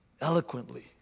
eloquently